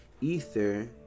Ether